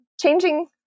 changing